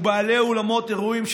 ובעלי אולמות אירועים,